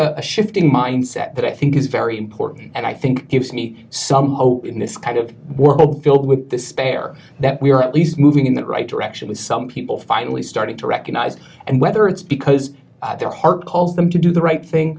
a shift in mindset that i think is very important and i think gives me some hope in this kind of work filled with the spare that we are at least moving in the right direction with some people finally starting to recognize and whether it's because their heart calls them to do the right thing